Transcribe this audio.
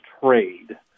trade